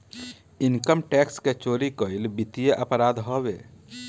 income tax के चोरी कईल वित्तीय अपराध हवे